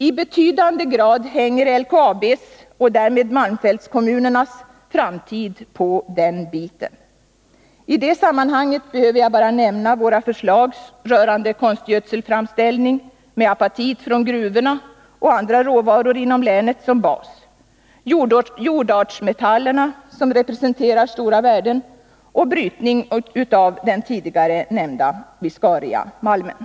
I betydande grad hänger LKAB:s och därmed malmfältskommunernas framtid på den delen av produktionen. I det sammanhanget behöver jag bara nämna våra förslag rörande konstgödselframställning, med apatit från gruvorna och andra råvaror inom länet som bas jordartsmetallerna, som representerar stora värden och brytning av den tidigare nämnda viscariamalmen.